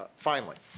finally,